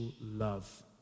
love